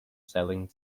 selling